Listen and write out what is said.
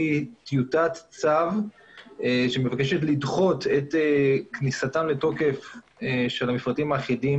טיוטת צו שמבקשת לדחות את כניסתן לתוקף של המפרטים האחידים